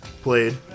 played